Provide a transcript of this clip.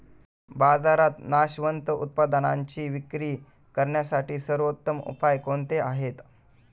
बाजारात नाशवंत उत्पादनांची विक्री करण्यासाठी सर्वोत्तम उपाय कोणते आहेत?